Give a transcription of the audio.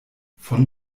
von